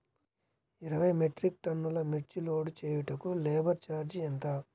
ఇరవై మెట్రిక్ టన్నులు మిర్చి లోడ్ చేయుటకు లేబర్ ఛార్జ్ ఎంత?